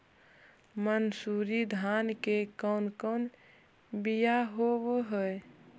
मनसूरी धान के कौन कौन बियाह होव हैं?